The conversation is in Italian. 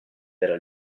della